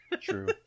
true